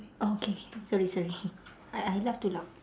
oh okay sorry sorry I I laugh too loud